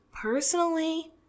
personally